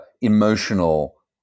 emotional